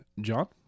John